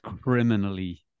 criminally